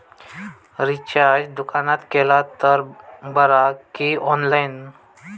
Recharge दुकानात केला तर बरा की ऑनलाइन?